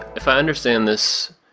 if i understand this,